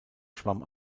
schwamm